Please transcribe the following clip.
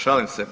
Šalim se.